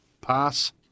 Pass